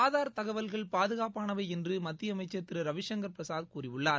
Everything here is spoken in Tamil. ஆதார் தகவல்கள் பாதுகாப்பானவை என்று மத்திய அமைச்சர் திரு ரவிசங்கர் பிரசாத் கூறியுள்ளார்